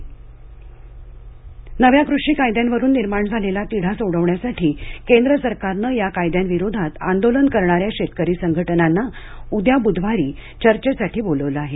शेतकरी आमंत्रण नव्या कृषी कायद्यांवरून निर्माण झालेला तिढा सोडवण्यासाठी केंद्र सरकारनं या कायद्यांविरोधात आंदोलन करणाऱ्या शेतकरी संघटनांना उद्या बुधवारी चर्चेसाठी बोलावलं आहे